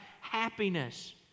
happiness